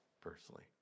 personally